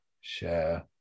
Share